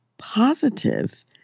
Positive